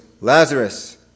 Lazarus